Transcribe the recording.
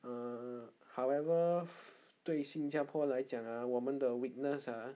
err however 对新加坡来讲 ah 我们的 weakness ah